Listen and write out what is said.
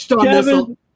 Kevin